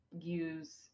use